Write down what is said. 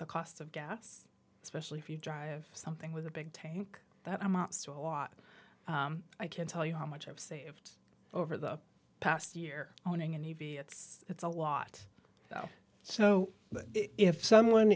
the cost of gas especially if you drive something with a big tank that amounts to a lot i can tell you how much i've saved over the past year owning and evie it's it's a lot though so if someone